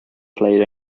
played